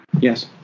Yes